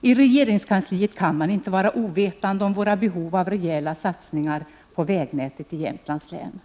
I regeringskansliet kan man inte vara ovetande om behovet av rejäla satsningar på vägnätet i Jämtlands län.